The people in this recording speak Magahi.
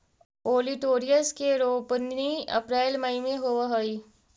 ओलिटोरियस के रोपनी अप्रेल मई में होवऽ हई